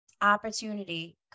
opportunity